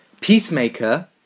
Peacemaker